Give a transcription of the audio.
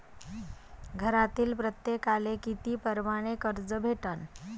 घरातील प्रत्येकाले किती परमाने कर्ज भेटन?